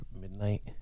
midnight